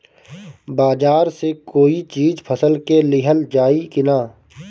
बाजार से कोई चीज फसल के लिहल जाई किना?